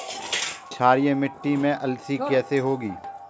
क्षारीय मिट्टी में अलसी कैसे होगी?